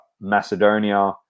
Macedonia